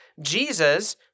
Jesus